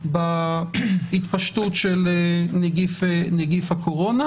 בהתפשטות של נגיף הקורונה.